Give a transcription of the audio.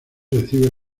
recibe